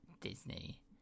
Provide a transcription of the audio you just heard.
Disney